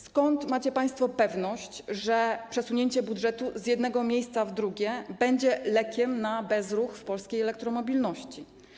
Skąd macie państwo pewność, że przesunięcie budżetu z jednego miejsca w drugie będzie lekiem na bezruch w polskiej elektromobilności?